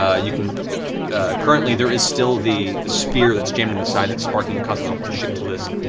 ah you can currently there is still the the spear that's jammed in the side that's sparking, causing the whole ship to list.